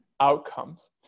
outcomes